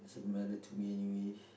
doesn't matter to me anyway